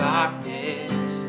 Darkness